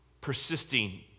persisting